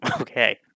okay